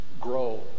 grow